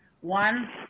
One